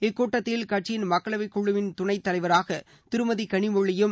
இக் கூட்டத்தில் கட்சியின் மக்களவைக்குழுவின் துணைத்தலைவராக திருமதி கனிமொழியும்